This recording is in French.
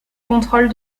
contrôle